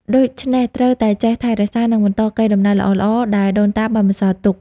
ដូច្នេះត្រូវតែចេះថែរក្សា និងបន្តកេរដំណែលល្អៗដែលដូនតាបានបន្សល់ទុក។